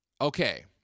Okay